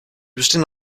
bestehen